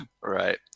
Right